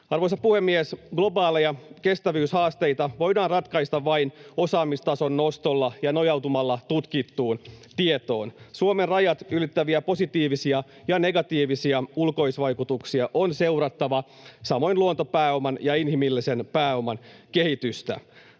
Arvoisa puhemies! Globaaleja kestävyyshaasteita voidaan ratkaista vain osaamistason nostolla ja nojautumalla tutkittuun tietoon. Suomen rajat ylittäviä positiivisia ja negatiivisia ulkoisvaikutuksia on seurattava, samoin luontopääoman ja inhimillisen pääoman kehitystä.